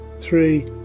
three